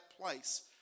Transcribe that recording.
place